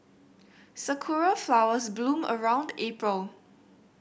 sakura flowers bloom around April